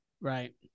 Right